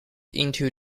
into